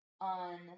on